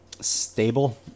stable